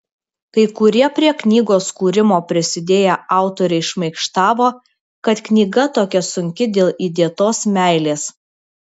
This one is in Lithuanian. kai kurie prie knygos kūrimo prisidėję autoriai šmaikštavo kad knyga tokia sunki dėl įdėtos meilės